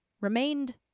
remained